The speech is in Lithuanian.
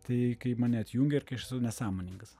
tai kai mane atjungė ir kai aš esu nesąmoningas